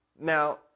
Now